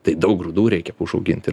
tai daug grūdų reikia užauginti